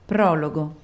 Prologo